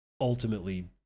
ultimately